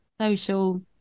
Social